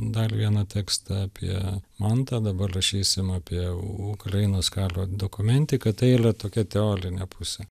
dar vieną tekstą apie mantą dabar rašysim apie ukrainos karo dokumentiką tai yra tokia teorinė pusė